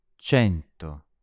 Cento